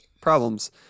problems